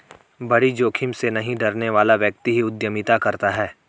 बड़ी जोखिम से नहीं डरने वाला व्यक्ति ही उद्यमिता करता है